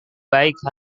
baik